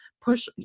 push